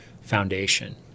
foundation